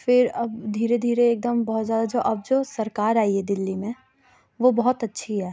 پھر اب دھیرے دھیرے ایک دم بہت زیادہ جو اب جو سرکار آئی ہے دلّی میں وہ بہت اچھی ہے